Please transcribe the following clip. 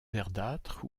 verdâtre